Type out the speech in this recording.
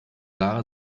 lara